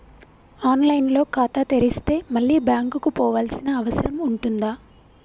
On line లో ఖాతా తెరిస్తే మళ్ళీ బ్యాంకుకు పోవాల్సిన అవసరం ఉంటుందా?